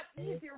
easier